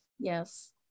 yes